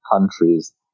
countries